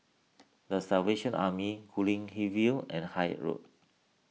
the Salvation Army Guilin View and Haig Road